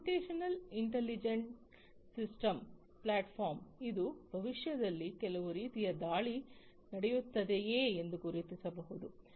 computational intelligent system platform ಇದು ಭವಿಷ್ಯದಲ್ಲಿ ಕೆಲವು ರೀತಿಯ ದಾಳಿ ನಡೆಯುತ್ತದೆಯೇ ಎಂದು ಊಹಿಸಬಹುದು